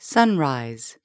Sunrise